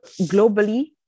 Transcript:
globally